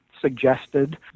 suggested